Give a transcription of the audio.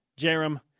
Jerem